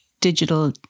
digital